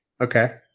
Okay